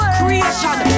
creation